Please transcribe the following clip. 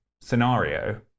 scenario